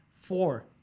four